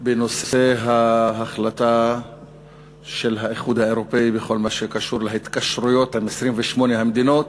בנושא ההחלטה של האיחוד האירופי בכל מה שקשור להתקשרויות 28 המדינות